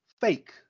fake